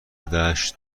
دشت